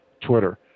Twitter